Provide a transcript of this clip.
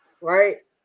Right